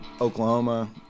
Oklahoma